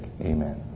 amen